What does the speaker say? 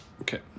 Okay